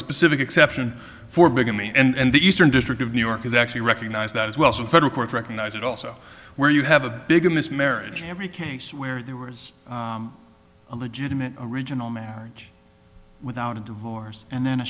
specific exception for bigamy and the eastern district of new york is actually recognize that as well so federal courts recognize it also where you have a bigamous marriage in every case where there was a legitimate original marriage without a divorce and then a